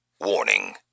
Warning